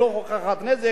וכן בעבירות משמעת.